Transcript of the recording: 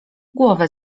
głowę